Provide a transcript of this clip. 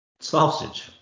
Sausage